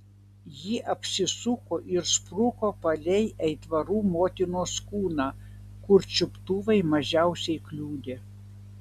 ji apsisuko ir spruko palei aitvarų motinos kūną kur čiuptuvai mažiausiai kliudė